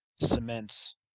cements